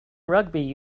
rugby